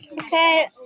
Okay